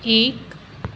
ठीक